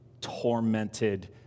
tormented